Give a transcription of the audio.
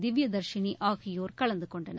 திவ்யதர்ஷினி ஆகியோர் கலந்து கொண்டனர்